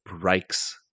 breaks